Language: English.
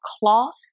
cloth